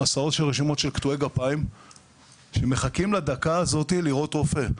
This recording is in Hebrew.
עשרות של רשימות של קטועי גפיים שמחכים לדקה הזאת לראות רופא.